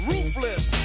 Ruthless